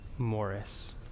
Morris